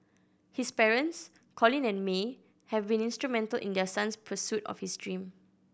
his parents Colin and May have been instrumental in their son's pursuit of his dream